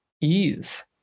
ease